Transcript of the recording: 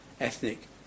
ethnic